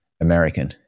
American